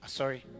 sorry